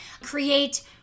create